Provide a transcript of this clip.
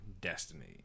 Destiny